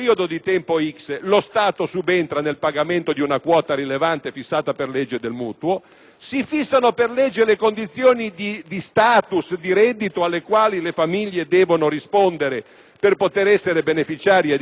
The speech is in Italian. si fissano per legge le condizioni di *status* e di reddito alle quali le famiglie devono rispondere per poter beneficiare di tale intervento e si stabilisce che le famiglie in questione pagheranno almeno la quota